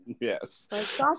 Yes